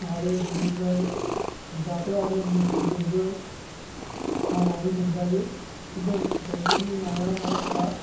आरो बेनिफ्राय दाथ' आरो मुस्रिजोंबो सानानै मोनजायो किन्तु दंग'नि नाया ना फिसा